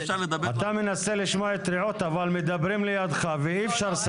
אתה מנסה לשמוע את רעות אבל מדברים לידך ואי-אפשר.